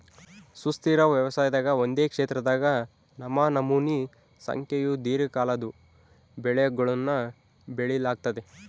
ಸುಸ್ಥಿರ ವ್ಯವಸಾಯದಾಗ ಒಂದೇ ಕ್ಷೇತ್ರದಾಗ ನಮನಮೋನಿ ಸಂಖ್ಯೇವು ದೀರ್ಘಕಾಲದ್ವು ಬೆಳೆಗುಳ್ನ ಬೆಳಿಲಾಗ್ತತೆ